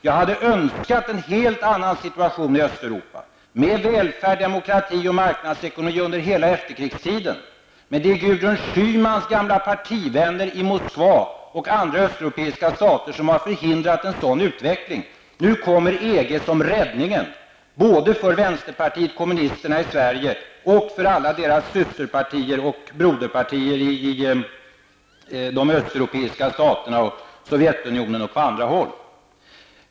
Jag hade önskat en helt annan situation i Östeuropa, med välfärd, demokrati och marknadsekonomi under hela efterkrigstiden. Men det är Gudrun Schymans gamla partivänner i Moskva och östeuropeiska stater som har förhindrat en sådan utveckling. Nu kommer EG som räddningen både för vänsterpartiet i Sverige och för alla deras systeroch broderpartier i de östeuropeiska staterna, Sovjetunionen och på andra håll.